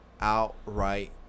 outright